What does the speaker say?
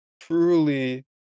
truly